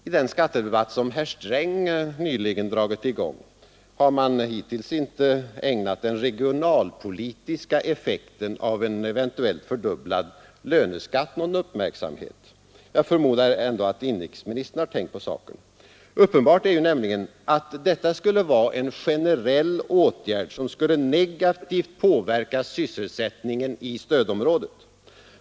I den skattedebatt som herr Sträng dragit i gång har man hittills inte ägnat den regionalpolitiska effekten av en eventuellt fördubblad löneskatt någon uppmärksamhet. Jag förmodar ändå att inrikesministern har tänkt på saken. Uppenbart är nämligen att detta skulle vara en generell åtgärd som skulle negativt påverka sysselsättningen i stödområdet.